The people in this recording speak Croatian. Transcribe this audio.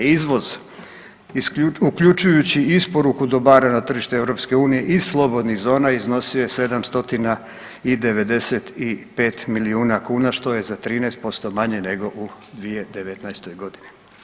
Izvoz uključujući i isporuku dobara na tržište EU i slobodnih zona iznosio je 795 milijuna kuna što je za 13% manje nego u 2019. godini.